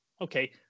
Okay